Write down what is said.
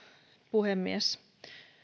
puhemies